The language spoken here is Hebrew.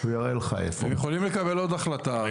הוא יראה לך איפה הם יכולים לקבל עוד החלטה.